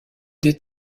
des